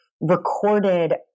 recorded